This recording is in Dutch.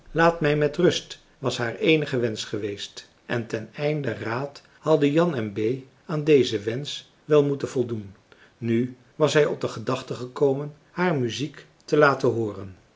laat mij met rust was haar eenige wensch geweest en ten einde raad hadden jan en bee aan dezen wensch wel moeten voldoen nu was hij op de gedachte gekomen haar muziek te laten hooren